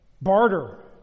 barter